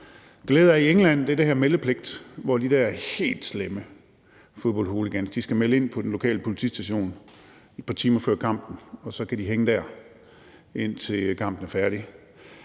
glæde af i England, er det her med meldepligt, hvor de der helt slemme fodboldhooligans skal melde ind på den lokale politistation et par timer før kampen, og så kan de hænge der, indtil kampen er færdig.